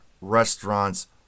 restaurants